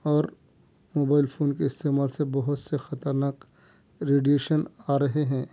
اور mobile phone کے استعمال سے بہت سے خطرناک ریڈیشن آ رہے ہیں